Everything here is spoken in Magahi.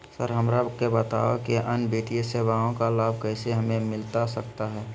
सर हमरा के बताओ कि अन्य वित्तीय सेवाओं का लाभ कैसे हमें मिलता सकता है?